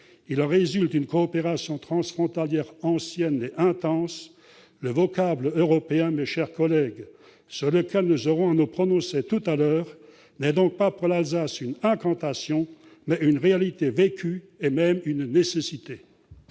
Il en résulte une coopération transfrontalière ancienne et intense. Le vocable « européen », sur lequel nous aurons à nous prononcer tout à l'heure, est donc pour l'Alsace non pas une incantation, mais une réalité vécue, voire une nécessité.